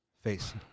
Face